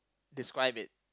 describe it